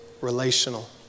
relational